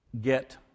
get